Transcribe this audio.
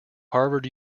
harvard